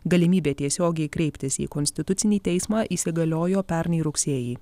galimybė tiesiogiai kreiptis į konstitucinį teismą įsigaliojo pernai rugsėjį